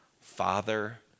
Father